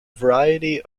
variety